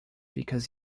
because